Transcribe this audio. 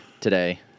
today